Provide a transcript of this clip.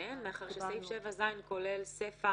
סעיף 12: זיהום מיקום ציבורי.